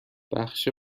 بخش